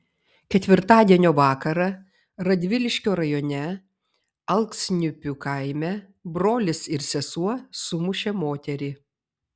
ketvirtadienio vakarą radviliškio rajone alksniupių kaime brolis ir sesuo sumušė moterį